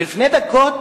ולפני דקות,